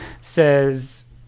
says